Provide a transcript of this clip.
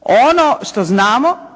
Ono što znamo,